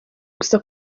gusa